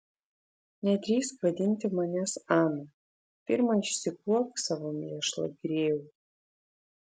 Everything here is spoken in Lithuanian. nedrįsk vadinti manęs ana pirma išsikuopk savo mėšlą grėjau